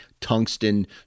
Tungsten